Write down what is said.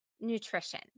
nutrition